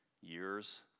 years